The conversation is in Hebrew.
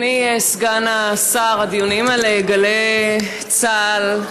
אדוני סגן השר, הדיונים על גלי צה"ל,